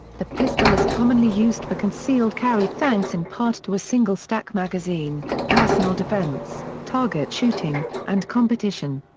the pistol is commonly used for concealed carry thanks in part to a single-stack magazine, personal defense, target shooting, and competition.